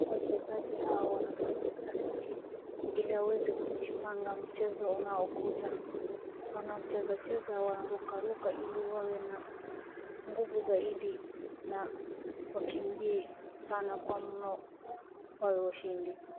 Wachezaji hawa wanafanya utafiti ili waweze kujipanga mchezo unaokuja. Wanachezacheza, wanarukaruka ili wawe na nguvu zaidi na wakimbie sana kwa mno wawe washindi.